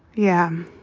yeah.